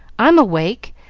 i'm awake,